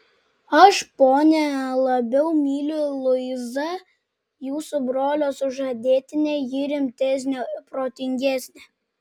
aš ponia labiau myliu luizą jūsų brolio sužadėtinę ji rimtesnė protingesnė